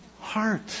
heart